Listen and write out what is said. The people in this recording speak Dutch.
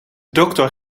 dokter